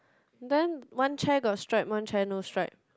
then one chair got stripe one chair no stripe